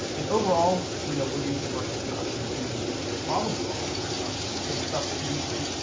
and overall, we're you know we're using virtual production to problem-solve some stuff that usually,